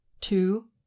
Two